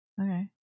Okay